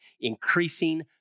increasing